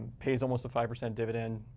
pays almost a five percent dividend.